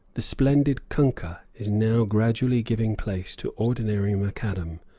the splendid kunkah is now gradually giving place to ordinary macadam,